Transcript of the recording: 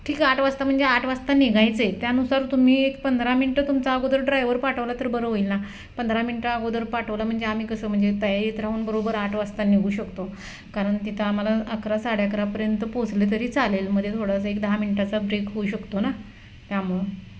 ठीक आहे आठ वाजता म्हणजे आठ वाजता निघायचं आहे त्यानुसार तुम्ही एक पंधरा मिनटं तुमचा अगोदर ड्रायवर पाठवला तर बरं होईल ना पंधरा मिनटं अगोदर पाठवला म्हणजे आम्ही कसं म्हणजे तयारीत राहून बरोबर आठ वाजता निघू शकतो कारण तिथं आम्हाला अकरा साडे अकरापर्यंत पोहोचले तरी चालेल मध्ये थोडासा एक दहा मिनटाचा ब्रेक होऊ शकतो ना त्यामुळं